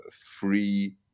free